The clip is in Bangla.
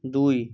দুই